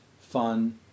fun